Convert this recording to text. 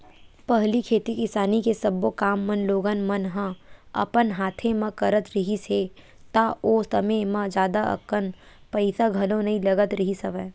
पहिली खेती किसानी के सब्बो काम मन लोगन मन ह अपन हाथे म करत रिहिस हे ता ओ समे म जादा कन पइसा घलो नइ लगत रिहिस हवय